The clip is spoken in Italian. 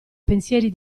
pensieri